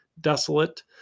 desolate